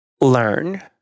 learn